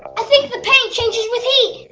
i think the paint changes with heat.